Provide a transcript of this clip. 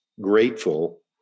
grateful